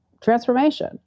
transformation